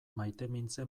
maitemintze